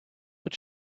but